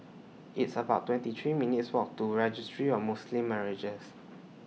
It's about twenty three minutes' Walk to Registry of Muslim Marriages